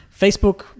Facebook